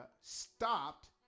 stopped